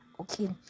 okay